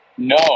No